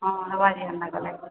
ହଁ ହେବ ଯେ ଏନ୍ତା କଲେ